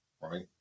right